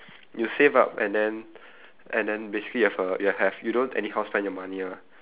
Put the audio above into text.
you save up and then and then basically have a you have you don't anyhow spend your money ah